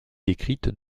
décrite